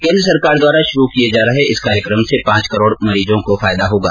केन्द्र सरकार द्वारा शुरू किये जा रहे इस कार्यक्रम से पांच करोड़ मरीजों को फायदा होगा